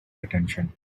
attention